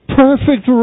perfect